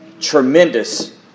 tremendous